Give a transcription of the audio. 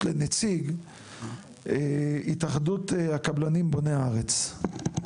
לנציג התאחדות הקבלנים ׳בוני הארץ׳.